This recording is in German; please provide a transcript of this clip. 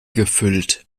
gefüllt